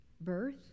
birth